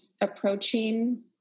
approaching